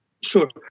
Sure